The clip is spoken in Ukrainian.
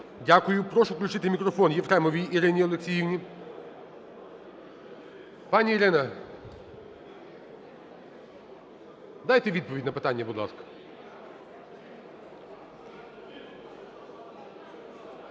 Дякую. Прошу включити мікрофон Єфремовій Ірині Олексіївні. Пані Ірина, дайте відповідь на питання, будь ласка.